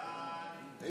חוק